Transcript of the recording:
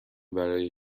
برای